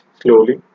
slowly